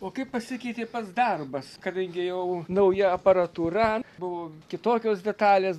o kaip pasikeitė pats darbas kadangi jau nauja aparatūra buvo kitokios detalės